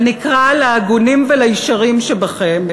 ונקרא להגונים ולישרים שבכם,